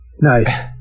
Nice